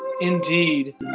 indeed